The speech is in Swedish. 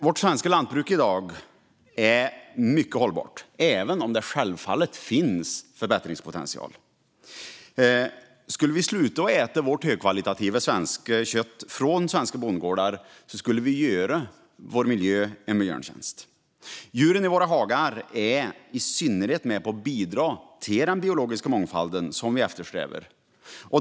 Vårt svenska lantbruk är i dag mycket hållbart, även om det självfallet finns förbättringspotential. Om vi skulle sluta äta vårt högkvalitativa svenska kött från svenska bondgårdar skulle vi göra vår miljö en björntjänst. I synnerhet djuren i våra hagar är med och bidrar till den biologiska mångfald som vi eftersträvar.